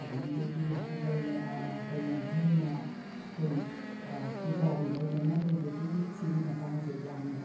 ꯑꯗꯩꯗꯒꯤ ꯑꯩꯈꯣꯏꯒꯤ ꯀꯩꯅꯣ ꯚꯤꯝꯅ ꯑꯩꯈꯣꯏꯒꯤ ꯄꯨꯖꯥꯔꯤ ꯑꯣꯏꯗꯅ ꯂꯩꯕꯒꯤ ꯁꯤꯒꯤ ꯃꯇꯥꯡꯁꯦ ꯌꯥꯝꯅ